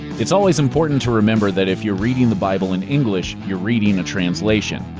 it's always important to remember that if you're reading the bible in english, you're reading a translation.